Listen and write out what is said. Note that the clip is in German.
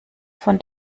von